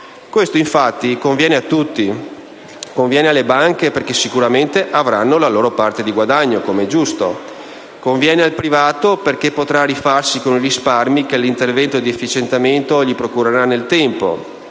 Questo infatti conviene a tutti: alle banche, perché sicuramente avranno la loro parte di guadagno, come è giusto; al privato, perché potrà rifarsi con i risparmi che l'intervento di efficientamento gli procurerà nel tempo;